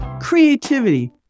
creativity